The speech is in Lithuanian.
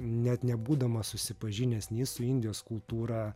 net nebūdamas susipažinęs nei su indijos kultūra